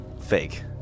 Fake